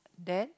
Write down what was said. then